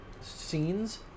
scenes